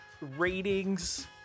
ratings